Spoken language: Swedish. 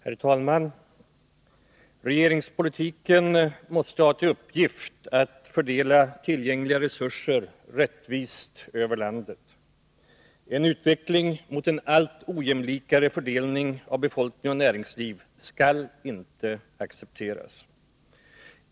Herr talman! Regeringspolitiken måste ha till uppgift att fördela tillgängliga resurser rättvist över landet. En utveckling mot en allt ojämlikare fördelning av befolkning och näringsliv skall inte accepteras.